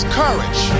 courage